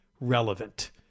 relevant